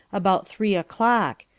about three o'clock,